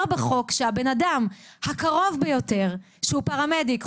בחוק שהבן אדם הקרוב ביותר שהוא פרמדיק,